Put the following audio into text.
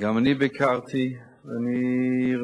ולא